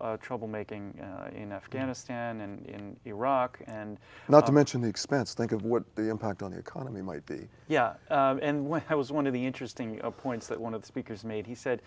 of trouble making in afghanistan and in iraq and not to mention the expense think of what the impact on the economy might be yeah and when i was one of the interesting points that one of the speakers made he said